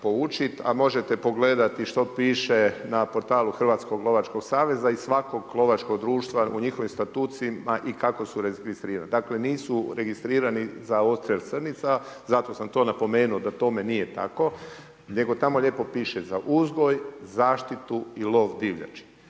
a možete pogledati što piše na portalu Hrvatskog lovačkog saveza i svakog lovačkog društva u njihovim statuama i kako su registrirani. Dakle, nisu registrirani za odstrel srnica, zato sam to napomenuo, da tome nije tako. Nego tamo lijepo piše, za uzgoj, zaštitu i lov divljači.